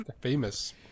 Famous